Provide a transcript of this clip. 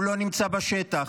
הוא לא נמצא בשטח.